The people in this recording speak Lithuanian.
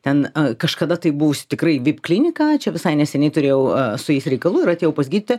ten kažkada tai buvusi tikrai vip klinika čia visai neseniai turėjau su jais reikalų ir atėjau pas gydytoją